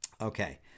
Okay